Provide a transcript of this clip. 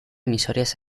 emisoras